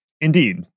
Indeed